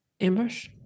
Ambush